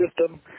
system